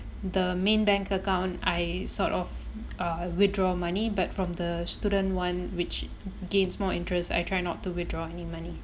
the main bank account I sort of uh withdraw money but from the student one which gains more interest I try not to withdraw any money